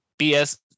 bs